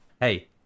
Hey